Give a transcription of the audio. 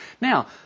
Now